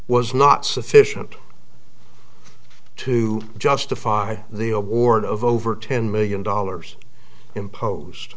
was not sufficient to justify the old warrant of over ten million dollars imposed